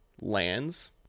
lands